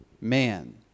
man